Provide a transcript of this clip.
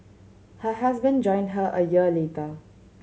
her husband joined her a year later